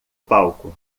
palco